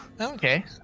Okay